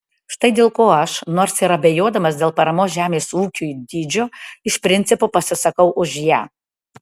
štai dėl ko aš nors ir abejodamas dėl paramos žemės ūkiui dydžio iš principo pasisakau už ją